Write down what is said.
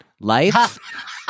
Life